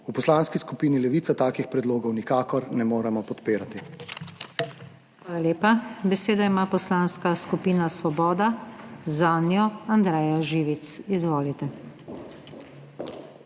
V Poslanski skupini Levica takih predlogov nikakor ne moremo podpirati.